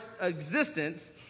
existence